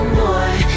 more